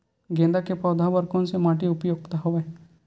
गेंदा के पौधा बर कोन से माटी उपयुक्त हवय?